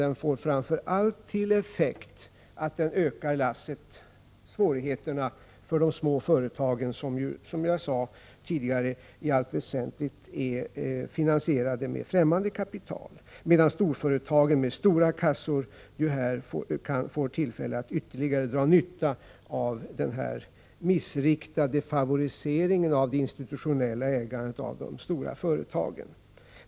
Framför allt får det till effekt att det ökar på lasset och förvärrar svårigheterna för de små företagen, som ju, som jag sade tidigare, i allt väsentligt är finansierade med främmande kapital, medan storföretagen med sina stora kassor får tillfälle att ytterligare dra nytta av den missriktade favoriseringen av det institutionella ägandet av de stora företagen.